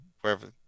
wherever